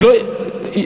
שלא תהיה בנייה.